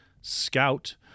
Scout